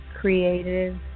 creative